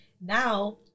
now